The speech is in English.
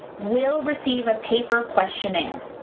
will receive a paper questionnaire.